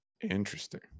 interesting